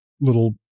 little